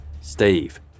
Steve